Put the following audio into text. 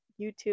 YouTube